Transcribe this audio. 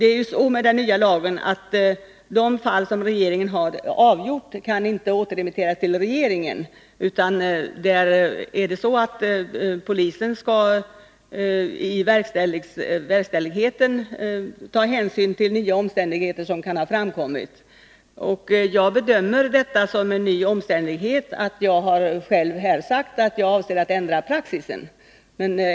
Enligt den nya lagen är det ju så att de fall som regeringen har avgjort inte på nytt kan tas upp av regeringen, utan i de fallen skall polisen i samband med verkställigheten ta hänsyn till de nya omständigheter som kan ha framkommit. Jag bedömer det vara en sådan ny omständighet att jag här har sagt att jag avser att ändra praxis.